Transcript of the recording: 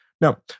Now